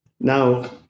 now